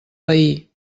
veí